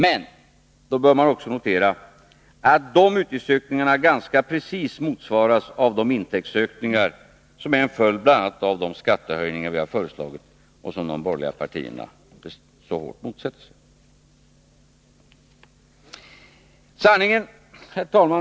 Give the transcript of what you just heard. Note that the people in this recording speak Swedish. Men i det sammanhanget bör man också notera att de utgiftsökningarna ganska precis motsvaras av de intäktsökningar som är en följd av bl.a. de skattehöjningar som vi har föreslagit och som de borgerliga partierna så hårt motsätter sig. Herr talman!